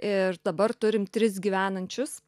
ir dabar turim tris gyvenančius